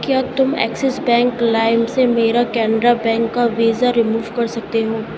کیا تم Axis bank لائم سے میرا کینرا بینک کا ویزا رموو کر سکتے ہو